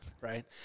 right